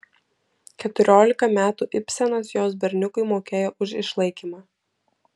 keturiolika metų ibsenas jos berniukui mokėjo už išlaikymą